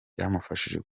byamufashije